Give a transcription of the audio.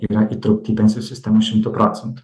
yra įtraukti į pensijų sistemą šimtu procentų